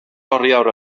oriawr